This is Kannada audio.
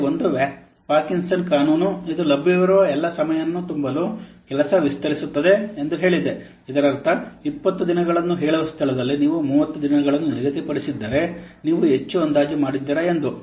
ಇದರಲ್ಲಿ ಒಂದು ಪಾರ್ಕಿನ್ಸನ್ ಕಾನೂನು ಇದು ಲಭ್ಯವಿರುವ ಎಲ್ಲ ಸಮಯವನ್ನು ತುಂಬಲು ಕೆಲಸ ವಿಸ್ತರಿಸುತ್ತದೆ ಎಂದು ಹೇಳಿದೆ ಇದರರ್ಥ 20 ದಿನಗಳನ್ನು ಹೇಳುವ ಸ್ಥಳದಲ್ಲಿ ನೀವು 30 ದಿನಗಳನ್ನು ನಿಗದಿಪಡಿಸಿದ್ದರೆ ನೀವು ಹೆಚ್ಚು ಅಂದಾಜು ಮಾಡಿದ್ದೀರಾ ಎಂದು